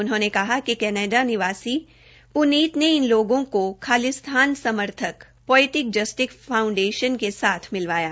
उन्होंने कहा कि कनाडा निवासी प्नीत ने इन लोगों को खालिस्तान समर्थक पियोटिक जस्टिस फाउडेशन के साथ मिलवाया